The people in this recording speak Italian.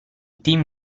team